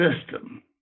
system